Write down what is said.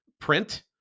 print